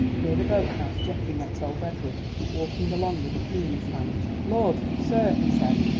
near the boat-house geoffrey met old edward walking along with a key in his hand. lord, sir! he said.